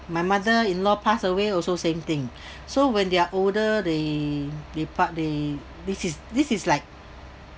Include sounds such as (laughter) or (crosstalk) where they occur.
my mother in law passed away also same thing (breath) so when they're older the the part the this is this is like